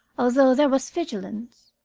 although there was vigilance.